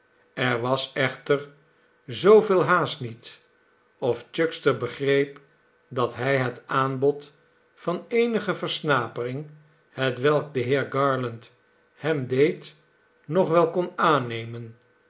er was echter zooveel haast niet of chuckster begreep dat hij het aanbod van eenige versnapering hetwelk de heer garland hem deed nog wel kon aannemen